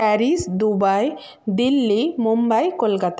Paris Dubai Delhi Mumbai Kolkata